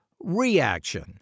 reaction